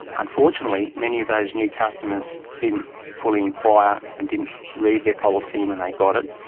unfortunately many of those new customers didn't fully enquire and didn't read their policy when they got it.